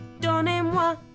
Donnez-moi